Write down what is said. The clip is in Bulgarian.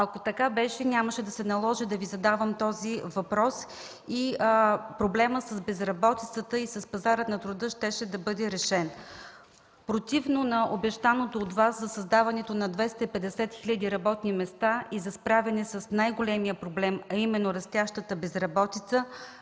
Ако беше така, нямаше да се наложи да Ви задавам този въпрос и проблемът с безработицата и с пазара на труда щеше да бъде решен. Противно на обещаното от Вас за създаването на 250 хиляди работни места и за справяне с най-големия проблем, а именно растящата безработица,